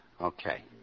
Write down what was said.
Okay